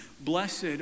Blessed